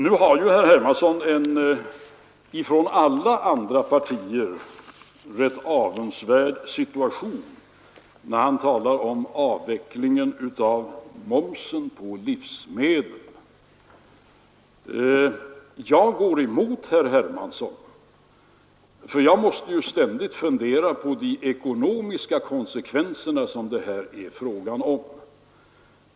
Nu är ju herr Hermansson i en avundsvärd situation i förhållande till politiker inom alla andra partier, när han talar om avveckling av momsen på livsmedel. Jag går emot herr Hermansson, för jag måste ständigt fundera på de ekonomiska konsekvenser som det här är fråga om.